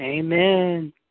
Amen